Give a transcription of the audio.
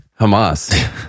Hamas